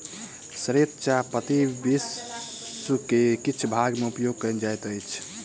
श्वेत चाह पत्ती विश्व के किछ भाग में उपयोग कयल जाइत अछि